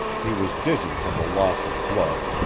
he was dizzy from the loss of blood,